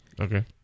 Okay